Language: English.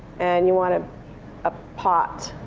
and you want a ah pot.